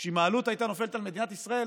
שאם העלות הייתה נופלת על מדינת ישראל,